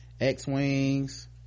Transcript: x-wings